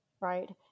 right